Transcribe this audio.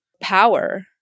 power